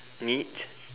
meat